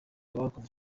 abarokotse